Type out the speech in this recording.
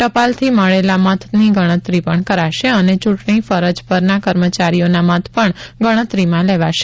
ટપાલથી મળેલા મતની ગણતરી પણ કરાશે અને ચ્રંટણી ફરજ પરના કર્મચારીઓના મત પણ ગણતરીમાં લેવાશે